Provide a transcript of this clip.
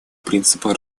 принципа